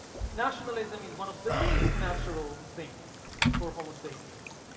nationalism is one of the least natural things for homo sapiens.